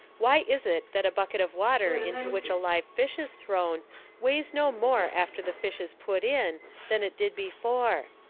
why is it that a bucket of water into which a live fish is thrown weighs no more after the fish is put in than it did before?